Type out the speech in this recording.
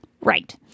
Right